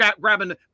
grabbing